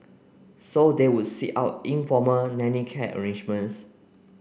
so they would seek out informal nanny care arrangements